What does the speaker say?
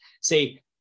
say